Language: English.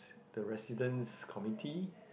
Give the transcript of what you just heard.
the resident's community